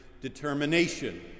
determination